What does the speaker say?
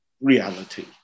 reality